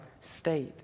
state